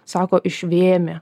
sako išvėmė